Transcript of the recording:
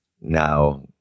now